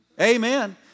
Amen